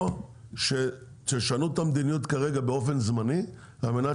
או שתשנו את המדיניות כרגע באופן זמני על מנת